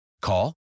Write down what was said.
Call